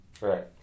Right